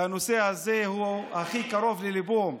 והנושא הזה הוא הכי קרוב לליבו,